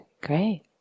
great